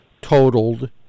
totaled